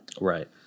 right